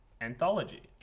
Anthology